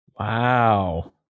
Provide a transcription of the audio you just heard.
Wow